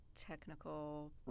technical